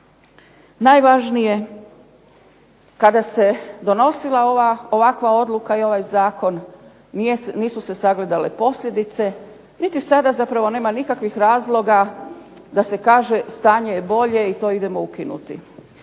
najvažnije kada se donosila ova ovakva odluka i ovaj zakon nisu se sagledale posljedice. Niti sada zapravo nema nikakvih razloga da se kaže stanje je bolje i to idemo ukinuti.